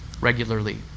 regularly